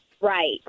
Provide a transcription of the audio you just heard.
Right